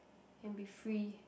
and be free